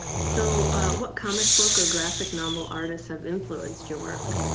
so what comic book or graphic novel artists have influenced your work?